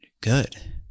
good